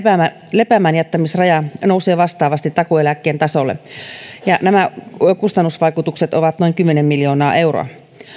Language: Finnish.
lepäämään jättämisen raja nousee vastaavasti takuueläkkeen tasolle nämä kustannusvaikutukset ovat noin kymmenen miljoonaa euroa